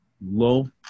low